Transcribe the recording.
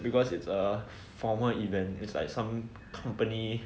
because it's a formal event is like some company